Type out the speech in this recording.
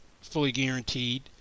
fully-guaranteed